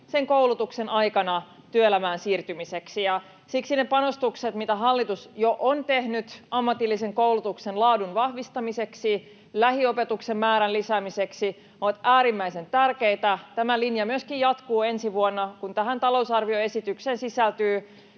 sen koulutuksen aikana työelämään siirtymiseksi. Siksi ne panostukset, mitä hallitus jo on tehnyt ammatillisen koulutuksen laadun vahvistamiseksi ja lähiopetuksen määrän lisäämiseksi, ovat äärimmäisen tärkeitä. Tämä linja myöskin jatkuu ensi vuonna, kun tähän talousarvioesitykseen sisältyy